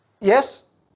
Yes